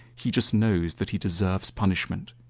he just knows that he deserves punishment.